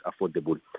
affordable